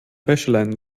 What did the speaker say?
wäscheleinen